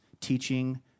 teaching